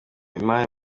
imari